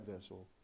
vessel